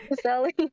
Sally